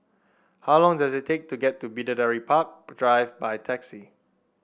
how long does it take to get to Bidadari Park Drive by taxi